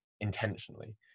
intentionally